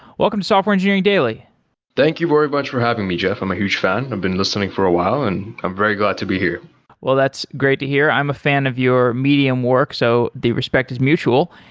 welcome to software engineering daily thank you very much for having me, jeff. i'm a huge fan. i've been listening for a while and i'm very glad to be here well, that's great to hear. i'm a fan of your medium work, so the respect is mutual.